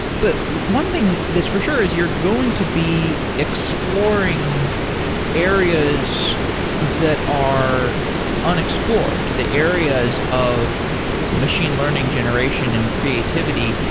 but one thing that's for sure is you're going to be exploring areas that are unexplored to the areas of machine learning generation and creativity.